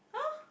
!huh!